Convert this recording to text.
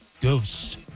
Ghost